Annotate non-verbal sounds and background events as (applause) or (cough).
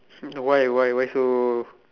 (laughs) why why why so